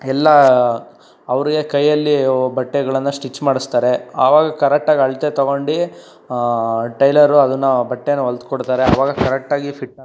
ಇಲ್ಲ ಅವರಿಗೆ ಕೈಯಲ್ಲಿ ಒ ಬಟ್ಟೆಗಳನ್ನು ಸ್ಟಿಚ್ ಮಾಡಿಸ್ತಾರೆ ಆವಾಗ ಕರೆಕ್ಟಾಗಿ ಅಳತೆ ತಗೊಂಡು ಟೈಲರು ಅದನ್ನು ಬಟ್ಟೆನ ಹೊಲಿದು ಕೊಡ್ತಾರೆ ಆವಾಗ ಕರೆಕ್ಟಾಗಿ ಫಿಟ್ ಆಗುತ್ತೆ